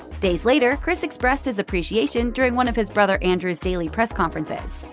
days later, chris expressed his appreciation during one of his brother andrew's daily press conferences.